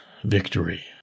Victory